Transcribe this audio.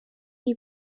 iyi